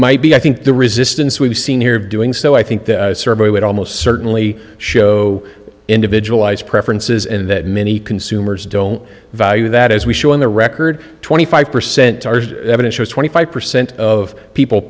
might be i think the resistance we've seen here doing so i think this survey would almost certainly show individualized preferences in that many consumers don't value that as we show in the record twenty five percent to twenty five percent of people